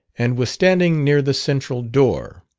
and was standing near the central door,